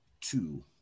two